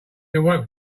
awoke